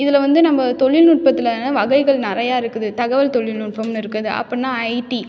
இதில் வந்து நம்ப தொழில்நுட்பத்தில் வகைகள் நிறைய இருக்குது தகவல் தொழில்நுட்பம்ன்னு இருக்குது அப்பிட்னா ஐடி